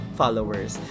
followers